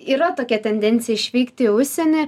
yra tokia tendencija išvykti į užsienį